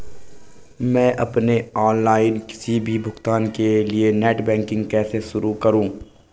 मैं अपने ऑनलाइन किसी भी भुगतान के लिए नेट बैंकिंग कैसे शुरु करूँ?